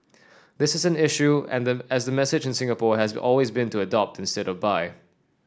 this is an issue and as the message in Singapore has always been to adopt instead of buy